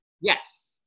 Yes